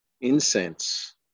incense